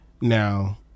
Now